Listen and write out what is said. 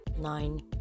Nine